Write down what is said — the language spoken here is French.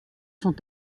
sont